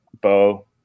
Bo